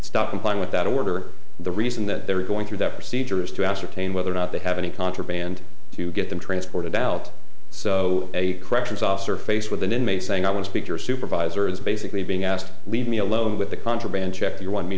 stopped complying with that order the reason that they were going through that procedure is to ascertain whether or not they have any contraband to get them transported out so a corrections officer faced with an inmate saying i want to be your supervisor is basically being asked to leave me alone with the contraband check you want me